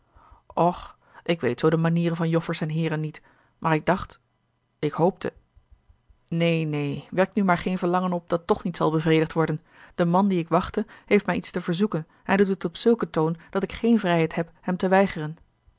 och ik weet zoo de manieren van joffers en heeren niet maar ik dacht ik hoopte neen neen wek nu maar geen verlangen op dat toch niet zal bevredigd worden de man dien ik wachte heeft mij iets te verzoeken en hij doet het op zulken toon dat ik geene vrijheid heb hem te weigeren